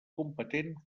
competent